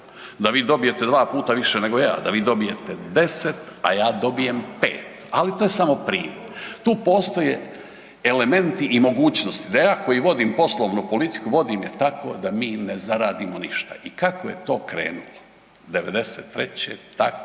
da vi dobijete dva puta više nego ja, da vi dobijete 10, a ja dobijem 5. Ali to je samo primjer. Tu postoje elementi i mogućnosti da ja koji vodim poslovnu politiku vodim je tako da mi ne zaradimo ništa. I kako je to krenuli '93. tako